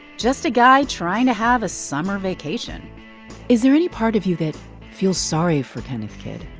just a guy trying to have a summer vacation is there any part of you that feels sorry for kenneth kidd?